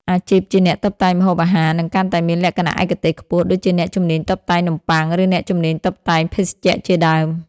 អាជីពជាអ្នកតុបតែងម្ហូបអាហារនឹងកាន់តែមានលក្ខណៈឯកទេសខ្ពស់ ដូចជាអ្នកជំនាញតុបតែងនំបុ័ង ឬអ្នកជំនាញតុបតែងភេសជ្ជៈជាដើម។